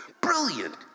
Brilliant